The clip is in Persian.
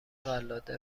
قلاده